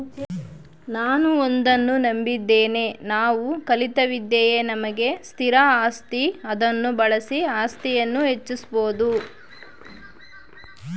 ನಾನು ಒಂದನ್ನು ನಂಬಿದ್ದೇನೆ ನಾವು ಕಲಿತ ವಿದ್ಯೆಯೇ ನಮಗೆ ಸ್ಥಿರ ಆಸ್ತಿ ಅದನ್ನು ಬಳಸಿ ಆಸ್ತಿಯನ್ನು ಹೆಚ್ಚಿಸ್ಬೋದು